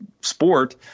sport